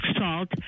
salt